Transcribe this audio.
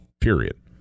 period